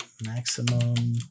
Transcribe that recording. Maximum